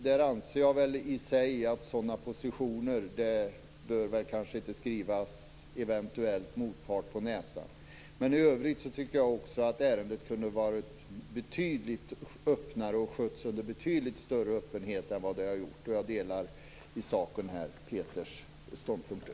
Där anser jag i sak att sådana positioner inte bör skrivas eventuell motpart på näsan. I övrigt tycker jag att ärendet kunde varit betydligt öppnare och skötts under betydligt större öppenhet än vad man har haft. Jag delar i sak Peter Erikssons ståndpunkter.